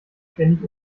ständig